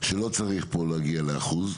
לא צריך להגיע לאחוז.